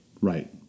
right